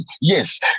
Yes